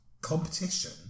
competition